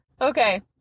Okay